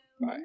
Bye